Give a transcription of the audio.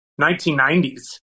1990s